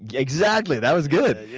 exactly. that was good. yeah